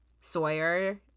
Sawyer